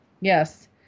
Yes